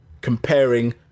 comparing